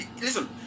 listen